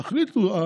תחליטו.